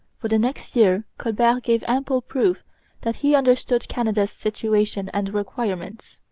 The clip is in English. for the next year colbert gave ample proof that he understood canada's situation and requirements.